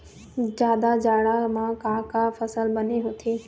जादा जाड़ा म का का फसल बने होथे?